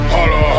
Holla